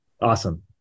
Awesome